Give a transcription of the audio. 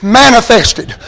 manifested